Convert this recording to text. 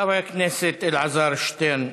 חבר הכנסת אלעזר שטרן,